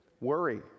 worry